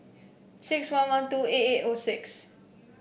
six one one two eight eight O six